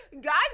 Guys